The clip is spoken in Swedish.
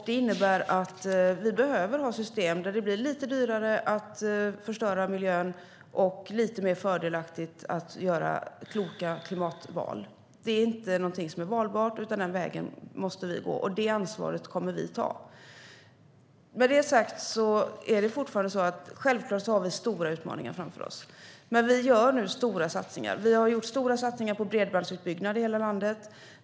Det innebär att vi behöver ha system där det blir lite dyrare att förstöra miljön och lite mer fördelaktigt att göra kloka klimatval. Det är inte någonting som är valfritt, utan den vägen måste vi gå. Det ansvaret kommer vi att ta. Självklart har vi fortfarande stora utmaningar framför oss, men vi gör nu stora satsningar. Vi har gjort stora satsningar på bredbandsutbyggnad i hela landet.